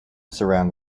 surround